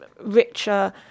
richer